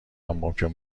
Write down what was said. ممکن